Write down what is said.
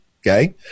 okay